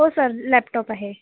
हो sir laptop आहे